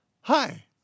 Hi